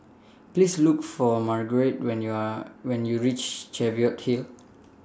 Please Look For Marguerite when YOU Are when YOU REACH Cheviot Hill